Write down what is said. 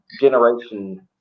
generation